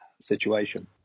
situation